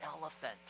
elephant